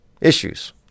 issues